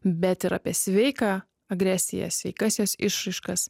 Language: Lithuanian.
bet ir apie sveiką agresiją sveikas jos išraiškas